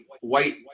white